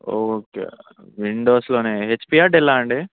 okay విండోస్లో హెచ్పియా Dell అండి